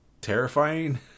terrifying